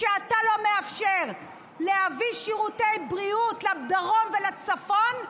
כשאתה לא מאפשר להביא שירותי בריאות לדרום ולצפון.